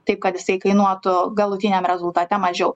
tai kad jisai kainuotų galutiniam rezultate mažiau